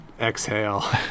exhale